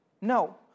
No